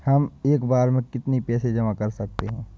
हम एक बार में कितनी पैसे जमा कर सकते हैं?